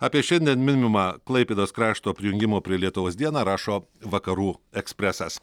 apie šiandien minimą klaipėdos krašto prijungimo prie lietuvos dieną rašo vakarų ekspresas